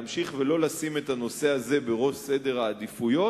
להמשיך ולא לשים את הנושא הזה בראש סדר העדיפויות,